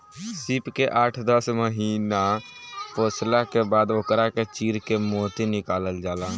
सीप के आठ दस महिना पोसला के बाद ओकरा के चीर के मोती निकालल जाला